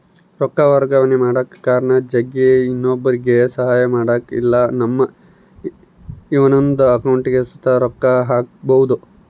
ರೊಕ್ಕ ವರ್ಗಾವಣೆ ಮಾಡಕ ಕಾರಣ ಜಗ್ಗಿ, ಇನ್ನೊಬ್ರುಗೆ ಸಹಾಯ ಮಾಡಕ ಇಲ್ಲಾ ನಮ್ಮ ಇನವಂದ್ ಅಕೌಂಟಿಗ್ ಸುತ ರೊಕ್ಕ ಹಾಕ್ಕ್ಯಬೋದು